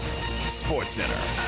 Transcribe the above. SportsCenter